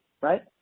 right